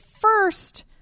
first